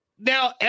Now